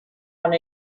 want